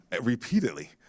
repeatedly